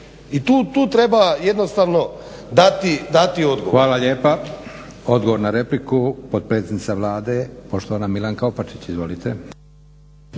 I tu treba jednostavno dati odgovor.